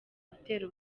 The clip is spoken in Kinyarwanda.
gutera